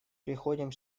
приходим